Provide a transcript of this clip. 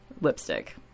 lipstick